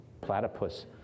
platypus